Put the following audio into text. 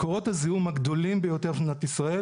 מקורות הזיהום הגדולים ביותר במדינת ישראל